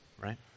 right